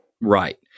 Right